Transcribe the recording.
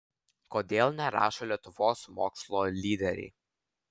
kodėl nerašo lietuvos mokslo lyderiai